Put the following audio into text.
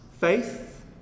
faith